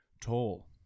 tall